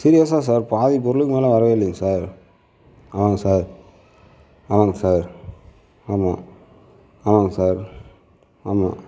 சீரியஸாக சார் பாதி பொருளுக்கு மேலே வரவே இல்லை சார் ஆமாங்க சார் ஆமாங்க சார் ஆமாம் ஆமாங்க சார் ஆமாம்